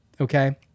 okay